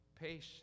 patience